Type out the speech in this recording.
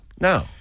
No